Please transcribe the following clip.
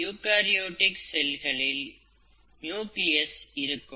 ஆனால் யூகரியோடிக் செல்லில் நியூக்ளியஸ் இருக்கும்